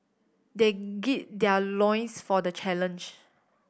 they gird their loins for the challenge